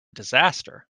disaster